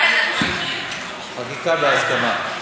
חקיקה בהסכמה.